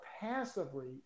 passively